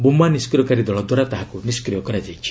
ବୋମା ନିଷ୍କ୍ରିୟକାରୀ ଦଳଦ୍ୱାରା ତାହାକୁ ନିଷ୍କ୍ରିୟ କରାଯାଇଛି